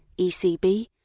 ECB